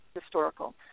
historical